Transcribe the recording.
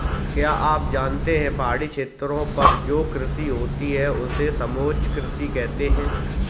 क्या आप जानते है पहाड़ी क्षेत्रों पर जो कृषि होती है उसे समोच्च कृषि कहते है?